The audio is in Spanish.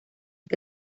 que